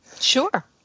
Sure